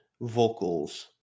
vocals